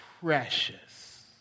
precious